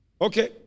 Okay